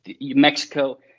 Mexico